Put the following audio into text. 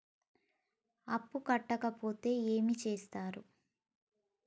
అప్పు కట్టకపోతే ఏమి చేత్తరు?